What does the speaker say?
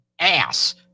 ass